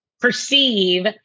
perceive